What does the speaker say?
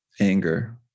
anger